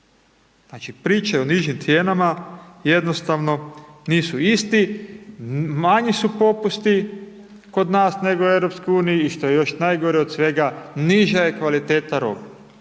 Znači priče o nižim cijenama jednostavno nisu isti, manji su popusti kod nas nego u EU i što je još najgore od svega niža je kvaliteta robe.